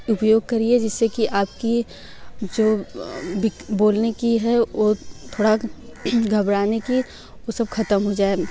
उपयोग करिए जिससे कि आपकी जो बिक बोलने की है वो थोड़ा घबराने की वो सब ख़त्म हो जाए